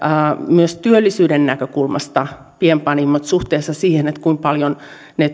myös työllisyyden näkökulmasta pienpanimoiden työllisyysmerkitys suhteessa siihen kuinka paljon ne